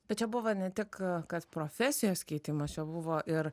bet čia buvo ne tik kad profesijos keitimas čia buvo ir